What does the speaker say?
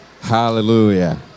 hallelujah